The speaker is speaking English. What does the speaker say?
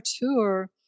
tour